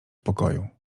pokoju